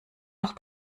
noch